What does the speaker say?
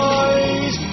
eyes